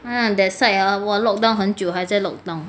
hmm that side ah !wah! lockdown 很久还在 lockdown